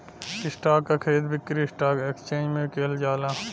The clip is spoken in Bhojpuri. स्टॉक क खरीद बिक्री स्टॉक एक्सचेंज में किहल जाला